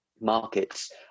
markets